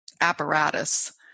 apparatus